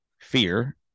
fear